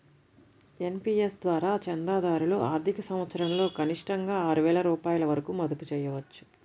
NPS ద్వారా చందాదారులు ఆర్థిక సంవత్సరంలో కనిష్టంగా ఆరు వేల రూపాయల వరకు మదుపు చేయవచ్చు